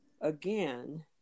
Again